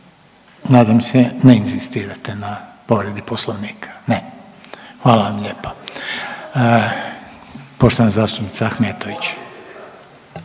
nadam se ne inzistirate na povredi poslovnika? Ne, hvala vam lijepa. Poštovana zastupnica Ahmetović.